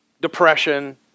depression